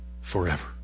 forever